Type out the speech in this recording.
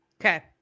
okay